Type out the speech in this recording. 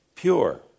pure